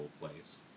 place